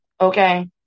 okay